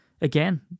again